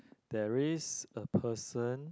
there is a person